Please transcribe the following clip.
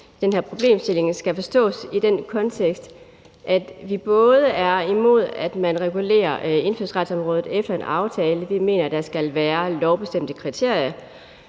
den her problemstilling skal forstås i den kontekst, at vi både er imod, at man regulerer indfødsretsområdet efter en aftale – vi mener, at der skal være lovbestemte kriterier